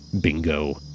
Bingo